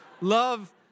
love